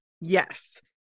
Yes